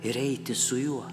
ir eiti su juo